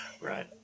Right